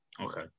okay